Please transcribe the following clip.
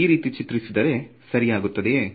ಈ ರೀತಿಯಲ್ಲಿ ಚಿತ್ರಿಸಿದರೆ ಸರಿಯಾಗುತ್ತದೆಯೇ